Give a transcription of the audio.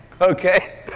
Okay